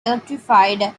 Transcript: electrified